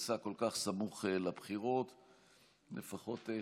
שעה 11:00 תוכן העניינים מסמכים שהונחו